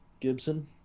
gibson